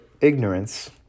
ignorance